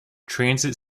transit